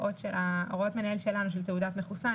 הוראות מנהל שלנו של תעודת מחוסן,